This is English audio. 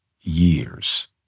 years